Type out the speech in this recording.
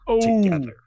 together